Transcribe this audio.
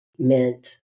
meant